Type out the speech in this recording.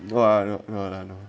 !wah! no no lah no